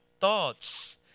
thoughts